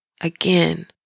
Again